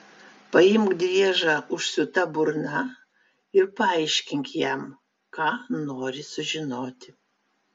paimk driežą užsiūta burna ir paaiškink jam ką nori sužinoti